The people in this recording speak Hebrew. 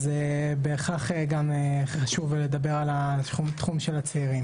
אז בהכרח גם חשוב לדבר על התחום של הצעירים.